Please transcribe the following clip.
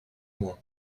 moi